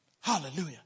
Hallelujah